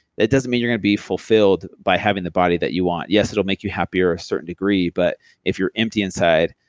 that doesn't mean you're gonna be fulfilled by having the body that you want. yes, it'll make you happier a certain degree, but if you're empty inside,